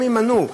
הם יימנעו.